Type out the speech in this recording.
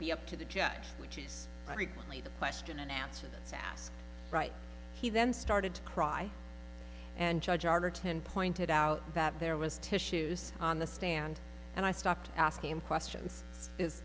be up to the judge which is equally the question an answer to ask right he then started to cry and judge arterton pointed out that there was tissues on the stand and i stopped asking him questions is